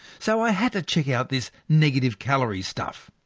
so i had to check out this negative calories stuff.